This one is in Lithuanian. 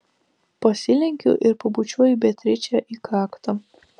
pasilenkiu ir pabučiuoju beatričę į kaktą